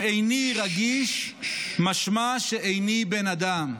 אם איני רגיש משמע שאיני בן אדם.